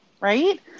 right